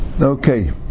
Okay